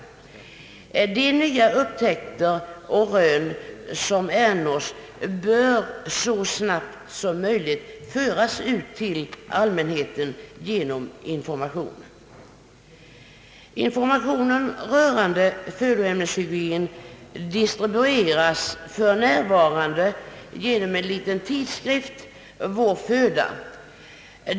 De nya upptäckter och rön som görs bör så snabbt som möjligt föras ut till allmänheten genom information. Informationen rörande födoämneshygien distribueras för närvarande genom en liten tidskrift, Vår föda.